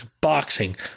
boxing